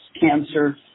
cancer